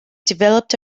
developed